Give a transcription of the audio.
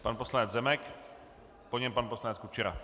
Pan poslanec Zemek, po něm pan poslanec Kučera.